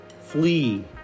flee